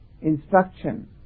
instruction